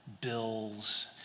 bills